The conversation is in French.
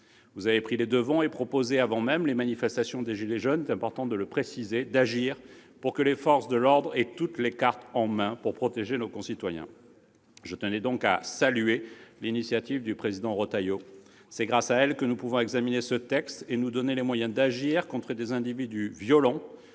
Vous avez pris les devants et, avant même les manifestations des « gilets jaunes »- il est important de le préciser -, vous avez proposé d'agir afin que les forces de l'ordre aient toutes les cartes en main pour protéger nos concitoyens. Je tenais donc à saluer l'initiative du président Retailleau. C'est grâce à elle que nous pouvons examiner ce texte et nous donner les moyens d'agir contre les individus violents,